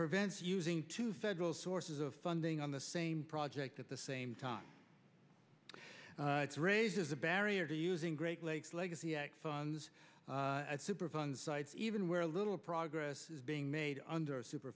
prevents using two federal sources of funding on the same project at the same time raises a barrier to using great lakes legacy funds superfund sites even where little progress is being made under super